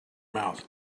mouth